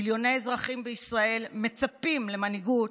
מיליוני אזרחים בישראל מצפים למנהיגות